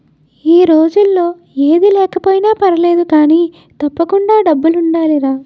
ఈ రోజుల్లో ఏది లేకపోయినా పర్వాలేదు కానీ, తప్పకుండా డబ్బులుండాలిరా